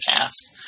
cast